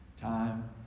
Time